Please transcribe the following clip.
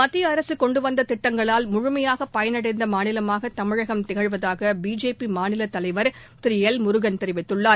மத்திய அரசு கொண்டு வந்த திட்டங்களால் முழுமையாக பயனடைந்த மாநிலமாக தமிழகம் திகழ்வதாக பிஜேபி மாநில தலைவர் திரு எல் முருகன் தெரிவித்துள்ளார்